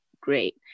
great